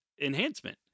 enhancement